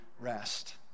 rest